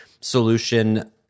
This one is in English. solution